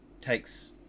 takes